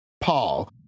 Paul